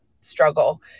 struggle